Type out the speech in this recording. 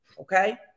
okay